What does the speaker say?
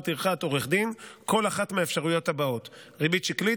טרחת עורך דין כל אחת מהאפשרויות הבאות: ריבית שקלית,